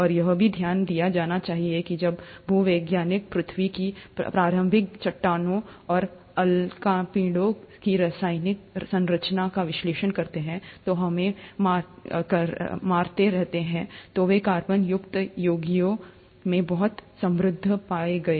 और यह भी ध्यान दिया जाना चाहिए कि जब भूवैज्ञानिक पृथ्वी की प्रारंभिक चट्टानों और उल्कापिंडों की रासायनिक संरचना का विश्लेषण करते हैं जो हमें मारते रहते हैं तो वे कार्बन युक्त यौगिकों में बहुत समृद्ध पाए गए